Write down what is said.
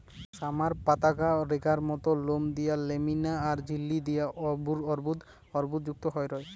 summer পাতাগা রেখার মত লোম দিয়া ল্যামিনা আর ঝিল্লি দিয়া অর্বুদ অর্বুদযুক্ত হই রয়